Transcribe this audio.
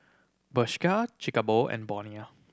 Bershka Chic a Boo and Bonia